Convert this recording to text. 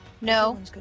no